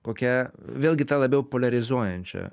kokia vėlgi ta labiau poliarizuojančia